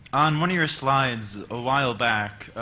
on one of your slides a while back,